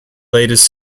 leaders